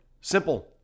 Simple